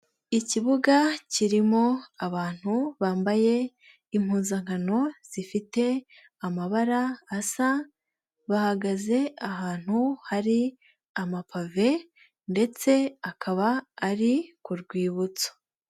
Ikibuga kirimo abantu bambaye impuzankano zifite amabara asa, bahagaze ahantu hari amapave ndetse akaba ari ku rwibutso.